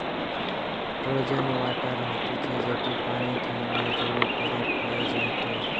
frozen water হতিছে যেটি পানি ঠান্ডায় জমে বরফ হয়ে যায়টে